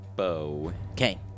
Okay